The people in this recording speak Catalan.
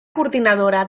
coordinadora